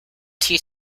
tea